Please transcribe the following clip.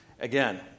Again